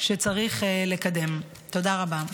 תודה רבה.